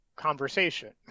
conversation